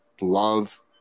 love